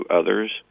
others